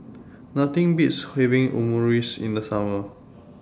Nothing Beats having Omurice in The Summer